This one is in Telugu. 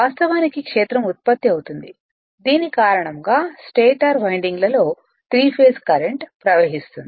వాస్తవానికి క్షేత్రం ఉత్పత్తి అవుతుంది దీని కారణంగా స్టేటర్ వైండింగ్లలో త్రీ ఫేస్ కరెంట్ ప్రవహింస్తుంది